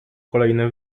kolejne